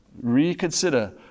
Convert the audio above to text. Reconsider